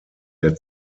der